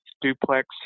duplex